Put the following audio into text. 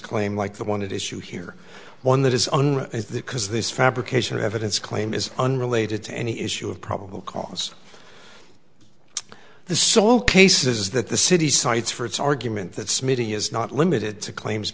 claim like the one it issue here one that is because this fabrication of evidence claim is unrelated to any issue of probable cause the sole case is that the city cites for its argument that smitty is not limited to claims